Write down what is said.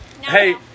Hey